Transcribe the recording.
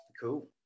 cool